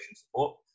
support